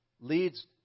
leads